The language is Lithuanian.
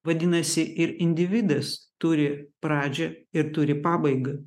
vadinasi ir individas turi pradžią ir turi pabaigą